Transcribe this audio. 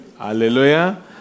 Hallelujah